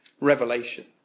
revelation